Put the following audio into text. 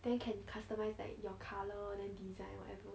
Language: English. then you can customize like your colour then design whatever